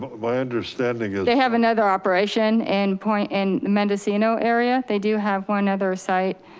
my understanding is they have another operation and point in mendocino area. they do have one other site.